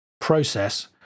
process